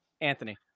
Anthony